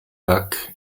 back